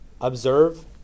Observe